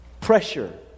pressure